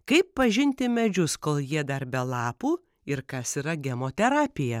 kaip pažinti medžius kol jie dar be lapų ir kas yra gemoterapija